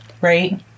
right